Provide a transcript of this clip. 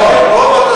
נכון, זה הרוב.